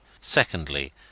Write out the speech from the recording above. secondly